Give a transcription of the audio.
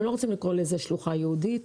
לא רוצים לקרוא לזה שלוחה ייעודית.